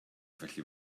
felly